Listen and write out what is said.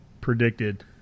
predicted